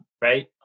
right